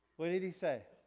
what did he say?